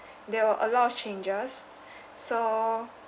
there were a lot of changes so